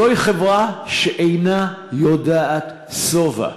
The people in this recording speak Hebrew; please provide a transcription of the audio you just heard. זוהי חברה שאינה יודעת שובע.